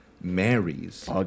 marries